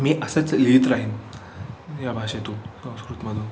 मी असंच लिहित राहीन या भाषेतून संस्कृतमधून